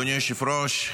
אדוני היושב-ראש.